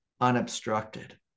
unobstructed